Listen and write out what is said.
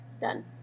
done